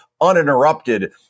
uninterrupted